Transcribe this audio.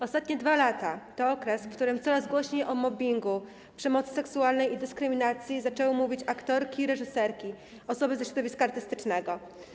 Ostatnie 2 lata to okres, w którym coraz głośniej o mobbingu, przemocy seksualnej i dyskryminacji, zaczęły mówić aktorki i reżyserki, osoby ze środowiska artystycznego.